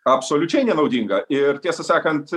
absoliučiai nenaudinga ir tiesą sakant